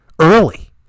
early